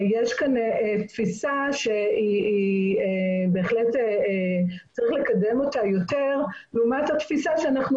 יש כאן תפיסה שבהחלט צריך לקדם אותה יותר לעומת התפיסה שאנחנו